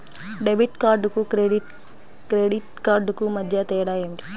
Debit కార్డుకు credit credit కార్డుకు మధ్య తేడా ఏమిటీ?